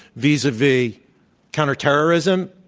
vis-a-vis counterterrorism,